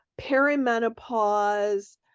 perimenopause